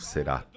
Será